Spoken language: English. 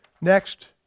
Next